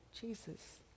Jesus